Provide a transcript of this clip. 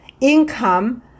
income